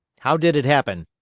how did it happen?